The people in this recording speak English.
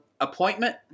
appointment